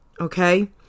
Okay